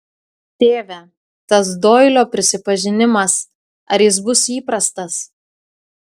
tėve tas doilio prisipažinimas ar jis bus įprastas